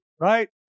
right